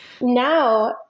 now